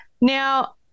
Now